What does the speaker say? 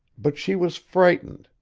but she was frightened,